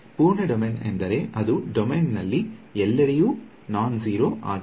ಪೂರ್ಣ ಡೊಮೇನ್ ಎಂದರೆ ಅದು ಡೊಮೇನ್ನಲ್ಲಿ ಎಲ್ಲೆಡೆಯೂ ನಾನ್ಜೆರೋ ಆಗಿದೆ